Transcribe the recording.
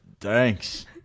Thanks